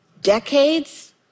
decades